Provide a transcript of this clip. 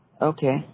Okay